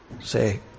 Say